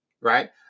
right